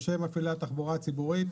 יושב עם מפעילי התחבורה הציבורית.